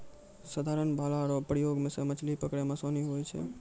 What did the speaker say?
साधारण भाला रो प्रयोग से मछली पकड़ै मे आसानी हुवै छै